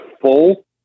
full